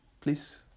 please